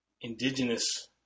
indigenous